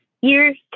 years